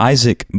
Isaac